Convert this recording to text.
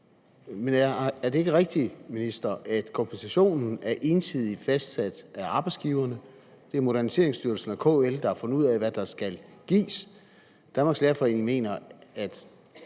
men er det ikke rigtigt, at kompensationen er ensidigt fastsat af arbejdsgiverne? Det er Moderniseringsstyrelsen og KL, der har fundet ud af, hvad der skal gives. Danmarks Lærerforening mener, at